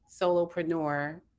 solopreneur